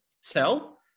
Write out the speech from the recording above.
sell